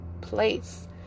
place